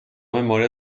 memoria